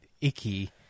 icky